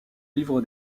livre